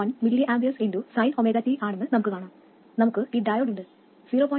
1 mA sin ωt ആണെന്ന് കാണാം നമുക്ക് ഈ ഡയോഡ് ഉണ്ട് 0